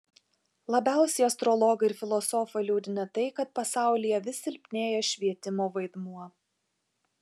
labiausiai astrologą ir filosofą liūdina tai kad pasaulyje vis silpnėja švietimo vaidmuo